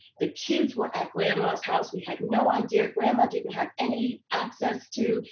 the kids were at grandma's house. we had no idea. grandma didn't have any access to,